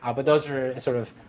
ah but those are sort of